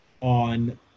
on